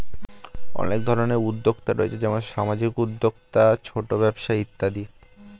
অনেক ধরনের উদ্যোক্তা রয়েছে যেমন সামাজিক উদ্যোক্তা, ছোট ব্যবসা ইত্যাদি